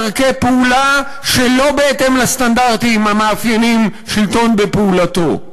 היא מתארת דרכי פעולה שלא בהתאם לסטנדרטים המאפיינים שלטון בפעולתו.